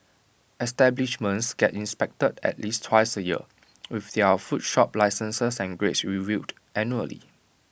establishments get inspected at least twice A year with their food shop licences and grades reviewed annually